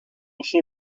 oso